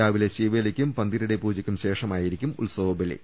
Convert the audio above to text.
രാവിലെ ശീവേലിക്കും പന്തീരടി പൂജക്കും ശേഷമായിരിക്കും ഉത്സവബലി